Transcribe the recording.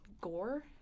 gore